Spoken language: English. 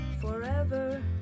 forever